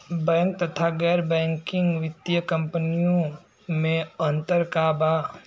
Bank तथा गैर banking वित्तीय कम्पनीयो मे अन्तर का बा?